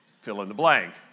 fill-in-the-blank